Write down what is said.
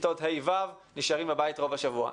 וכיתות ה'-ו' נשארות בבית רוב ימות השבוע.